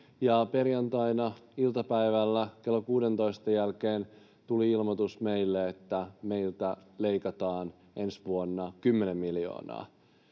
perjantaina iltapäivällä kello 16:n jälkeen tuli ilmoitus meille, että meiltä leikataan ensi vuonna 10 miljoonaa